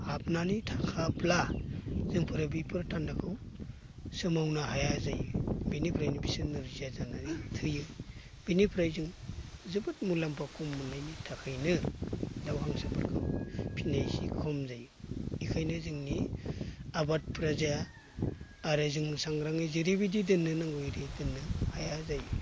हाबनानै थाखाब्ला जोंफोरो बिफोर थान्दाखौ सोमावनो हाया जायो बेनिफ्रायनो बिसोरनो नोरजिया जानानै थैयो बिनिफ्राय जों जोबोद मुलामफा खम मोननायनि थाखायनो दाउ हांसोफोरखौ फिनाय एसे खम जायो एखायनो जोंनि आबाद फ्राजाया आरो जोङो सांग्राङै जेरैबायदि दोननांगौ एरै दोननो हाया जायो